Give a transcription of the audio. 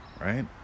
Right